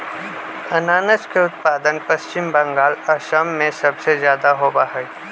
अनानस के उत्पादन पश्चिम बंगाल, असम में सबसे ज्यादा होबा हई